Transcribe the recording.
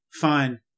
fine